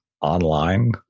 Online